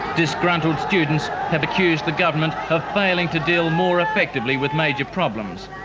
disgruntled students have accused the government of failing to deal more effectively with major problems,